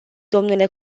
domnule